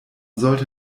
sollte